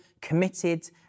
committed